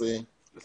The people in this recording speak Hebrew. לשקית אחת.